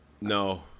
No